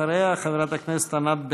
אחריה, חברת הכנסת ענת ברקו.